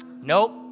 Nope